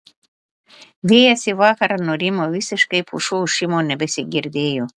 vėjas į vakarą nurimo visiškai pušų ošimo nebesigirdėjo